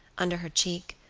under her cheek,